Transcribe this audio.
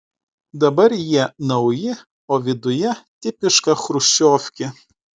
dabar jie nauji o viduje tipiška chruščiovkė